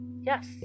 Yes